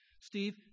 Steve